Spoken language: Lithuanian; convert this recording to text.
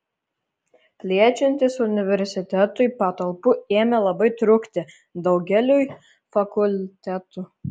plečiantis universitetui patalpų ėmė labai trūkti daugeliui fakultetų